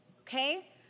okay